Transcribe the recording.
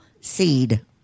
seed